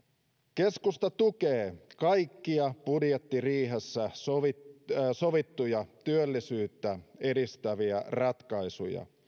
keskusta tukee kaikkia budjettiriihessä sovittuja sovittuja työllisyyttä edistäviä ratkaisuja